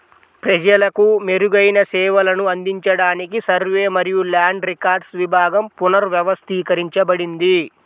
ప్రజలకు మెరుగైన సేవలను అందించడానికి సర్వే మరియు ల్యాండ్ రికార్డ్స్ విభాగం పునర్వ్యవస్థీకరించబడింది